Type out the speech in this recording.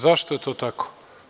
Zašto je to tako?